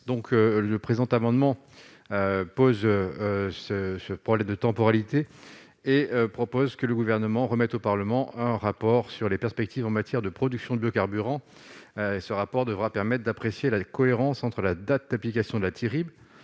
le présent amendement pose ce ce problème de temporalité, et propose que le Gouvernement remette au Parlement un rapport sur les perspectives en matière de production de biocarburants, ce rapport devra permettent d'apprécier la cohérence entre la date d'application de la